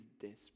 desperate